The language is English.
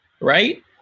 Right